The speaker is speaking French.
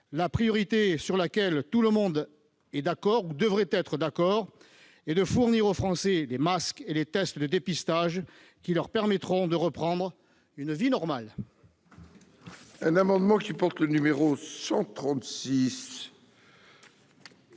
la priorité sur laquelle tout le monde est d'accord- ou devrait l'être -est de fournir aux Français les masques et tests de dépistage qui leur permettront de reprendre une vie normale